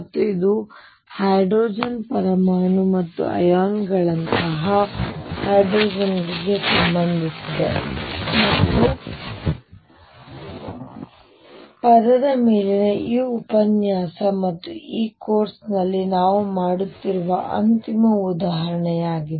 ಮತ್ತು ಇದು ಹೈಡ್ರೋಜನ್ ಪರಮಾಣು ಅಥವಾ ಅಯಾನುಗಳಂತಹ ಹೈಡ್ರೋಜನ್ ಗೆ ಸಂಬಂಧಿಸಿದೆ ಮತ್ತು ಪದದ ಮೇಲಿನ ಈ ಉಪನ್ಯಾಸ ಮತ್ತು ಈ ಕೋರ್ಸ್ನಲ್ಲಿ ನಾವು ಮಾಡುತ್ತಿರುವ ಅಂತಿಮ ಉದಾಹರಣೆಯಾಗಿದೆ